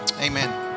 Amen